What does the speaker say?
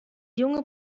junge